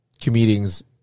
comedians